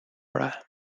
bra